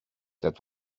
that